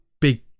big